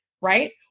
right